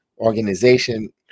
organization